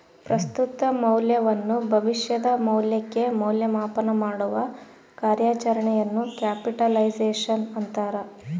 ಪ್ರಸ್ತುತ ಮೌಲ್ಯವನ್ನು ಭವಿಷ್ಯದ ಮೌಲ್ಯಕ್ಕೆ ಮೌಲ್ಯ ಮಾಪನಮಾಡುವ ಕಾರ್ಯಾಚರಣೆಯನ್ನು ಕ್ಯಾಪಿಟಲೈಸೇಶನ್ ಅಂತಾರ